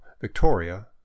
Victoria